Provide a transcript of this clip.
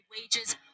wages